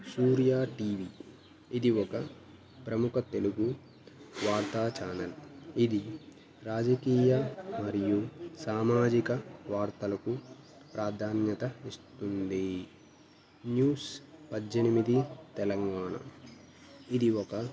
సూర్యా TV ఇది ఒక ప్రముఖ తెలుగు వార్తా ఛానల్ ఇది రాజకీయ మరియు సామాజిక వార్తలకు ప్రాధాన్యత ఇస్తుంది న్యూస్ పజ్జెనిమిది తెలంగాణ ఇది ఒక